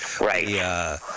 Right